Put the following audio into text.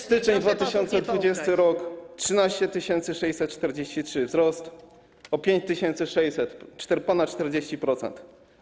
Styczeń 2020 r. - 13 643, wzrost o 5600 zł, ponad 40%.